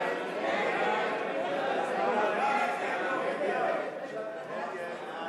ההסתייגות של שר האוצר